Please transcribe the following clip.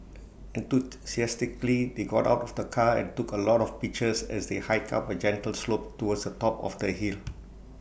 enthusiastically they got out of the car and took A lot of pictures as they hiked up A gentle slope towards the top of the hill